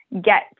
get